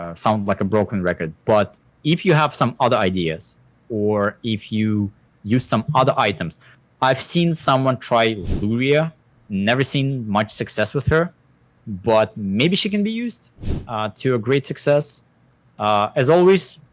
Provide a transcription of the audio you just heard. ah sound like a broken record but if you have some other ideas or if you use some other items i've seen someone try luria never seen much success with her but maybe she can be used ah to a great success ah as always,